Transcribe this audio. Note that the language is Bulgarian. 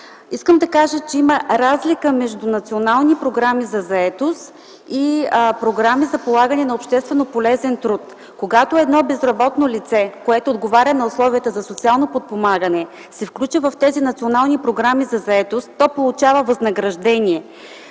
Искам да кажа, че има разлика между национални програми за заетост и програми за полагане на обществено полезен труд. Когато едно безработно лице, което отговаря на условията за социално подпомагане, се включи в тези национални програми за заетост, то получава възнаграждение